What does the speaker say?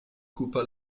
coupa